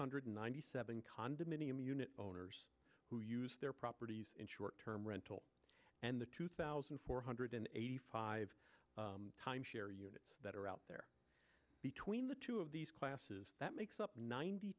hundred ninety seven condominium unit owners who use their properties in short term rental and the two thousand four hundred eighty five time share units that are out there between the two of these classes that makes up ninety